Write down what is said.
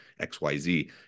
xyz